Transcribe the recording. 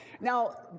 Now